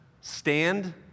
stand